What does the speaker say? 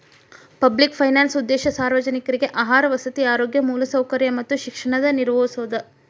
public finance ಉದ್ದೇಶ ಸಾರ್ವಜನಿಕ್ರಿಗೆ ಆಹಾರ ವಸತಿ ಆರೋಗ್ಯ ಮೂಲಸೌಕರ್ಯ ಮತ್ತ ಶಿಕ್ಷಣ ನಿರ್ವಹಿಸೋದ